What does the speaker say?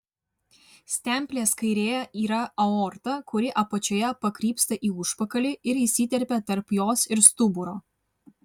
stemplės kairėje yra aorta kuri apačioje pakrypsta į užpakalį ir įsiterpia tarp jos ir stuburo